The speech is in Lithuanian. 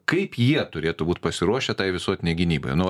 kaip jie turėtų būt pasiruošę tai visuotinei gynybai nu